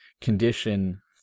condition